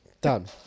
Done